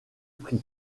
prix